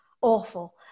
awful